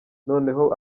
noneho